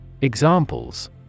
Examples